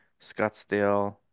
Scottsdale